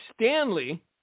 Stanley